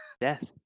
death